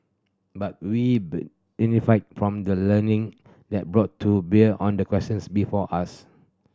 but we from the learning that brought to bear on the questions before us